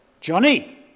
Johnny